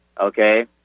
okay